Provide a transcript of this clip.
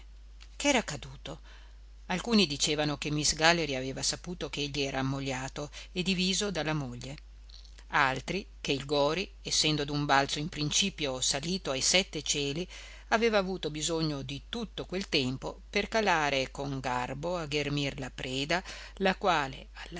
che era accaduto alcuni dicevano che miss galley aveva saputo che egli era ammogliato e diviso dalla moglie altri che il gori essendo d'un balzo in principio salito ai sette cieli aveva avuto bisogno di tutto quel tempo per calare con garbo a ghermir la preda la quale